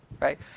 right